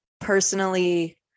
Personally